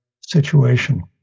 situation